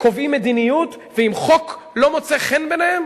קובעים בה מדיניות, ואם חוק לא מוצא חן בעיניהם